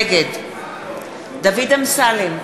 נגד דוד אמסלם,